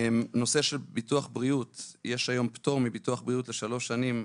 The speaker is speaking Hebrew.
הנושא של ביטוח בריאות: יש היום פטור מביטוח בריאות לשלוש שנים.